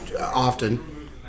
often